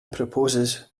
proposes